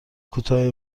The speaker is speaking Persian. کوتاه